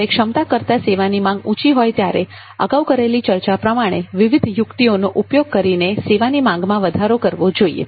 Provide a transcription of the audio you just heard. જ્યારે ક્ષમતા કરતાં સેવાની માંગ ઊંચી હોય ત્યારે અગાઉ કરેલી ચર્ચા પ્રમાણે વિવિધ યુક્તિઓનો ઉપયોગ કરીને સેવાની માંગમાં વધારો કરવો જોઈએ